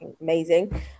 amazing